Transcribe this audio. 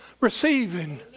receiving